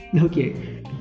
Okay